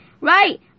right